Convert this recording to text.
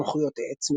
התמחויות עץ,